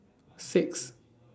six